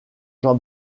jean